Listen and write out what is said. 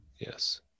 Yes